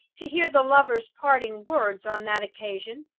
to hear the lovers' parting words on that occasion,